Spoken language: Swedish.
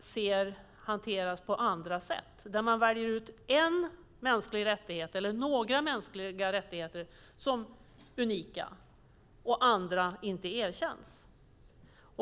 ser hanteras på andra sätt ute i världen där man väljer ut en eller några mänskliga rättigheter som unika och andra inte erkänns.